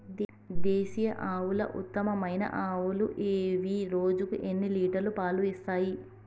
దేశీయ ఆవుల ఉత్తమమైన ఆవులు ఏవి? రోజుకు ఎన్ని లీటర్ల పాలు ఇస్తాయి?